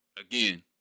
Again